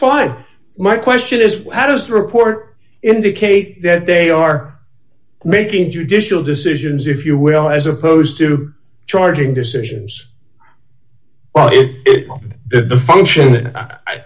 fine my question is how does the report indicate that they are making judicial decisions if you will as opposed to charging decisions if the function